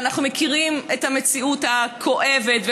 ואנחנו מכירים את המציאות הכואבת,